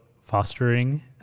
fostering